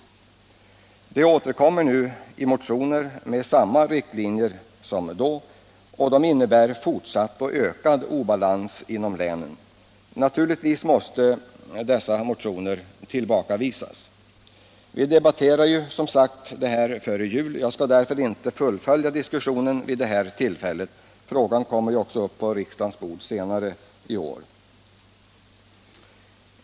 Socialdemo kraterna återkommer nu i motioner med samma riktlinjer som då, och dessa innebär fortsatt och ökad obalans inom länen. Naturligtvis måste dessa motioner tillbakavisas. Vi debatterade som sagt detta före jul. Jag skall därför inte fullfölja diskussionen vid detta tillfälle. Frågan kommer också på riksdagens bord senare i år.